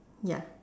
ya